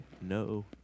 no